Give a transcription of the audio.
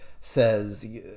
says